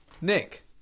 Nick